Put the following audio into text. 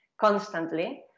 constantly